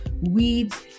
weeds